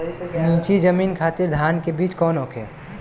नीची जमीन खातिर धान के बीज कौन होखे?